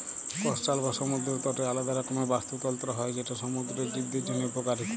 coastal বা সমুদ্দর তটের আলেদা রকমের বাস্তুতলত্র হ্যয় যেট সমুদ্দুরের জীবদের জ্যনহে উপকারী